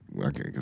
okay